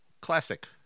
classic